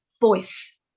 voice